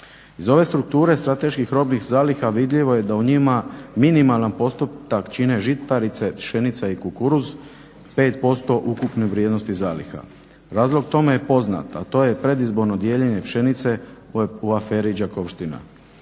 Iz ove strukture strateških robnih zaliha vidljivo je da u njima minimalan postotak čine žitarice, pšenica i kukuruz 5% ukupne vrijednosti zaliha. Razlog tome je poznat, a to je predizborno dijeljenje pšenice u aferi Đakovština.